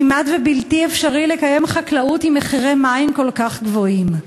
כמעט בלתי אפשרי לקיים חקלאות עם מחירי מים כל כך גבוהים.